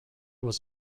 was